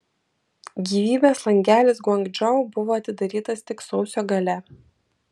gyvybės langelis guangdžou buvo atidarytas tik sausio gale